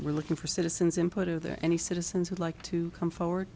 we're looking for citizens input are there any citizens would like to come forward